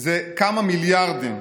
היא כמה מיליארדים.